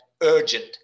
urgent